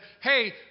hey